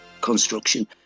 construction